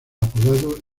apodado